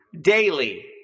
daily